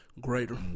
Greater